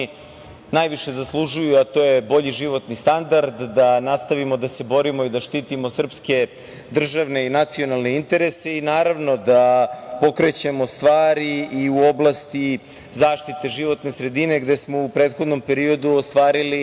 najviše zaslužuju, a to je bolji životni standard, da nastavimo da se borimo i da štitimo srpske državne i nacionalne interese i, naravno, da pokrećemo stvari i u oblasti zaštite životne sredine gde smo u prethodnom periodu ostvarili